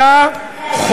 אבל כולו, שחיתות ציבורית.